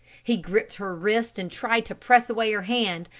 he gripped her wrist and tried to press away her hand,